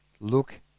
look